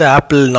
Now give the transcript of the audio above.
Apple